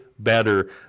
Better